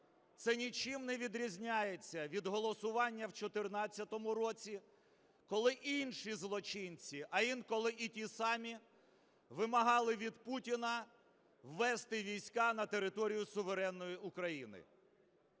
це нічим не відрізняється від голосування в 14-му році, коли інші злочинці, а інколи і ті самі, вимагали від Путіна ввести війська на територію суверенної України.